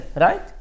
right